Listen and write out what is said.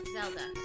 Zelda